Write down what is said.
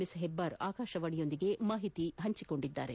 S Hebbar ಆಕಾಶವಾಣಿಯೊಂದಿಗೆ ಹೆಚ್ಚಿನ ಮಾಹಿತಿ ಹಂಚಿಕೊಂಡಿದ್ದಾರೆ